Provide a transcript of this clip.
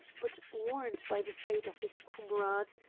but, warned by the fate of his comrades,